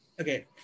Okay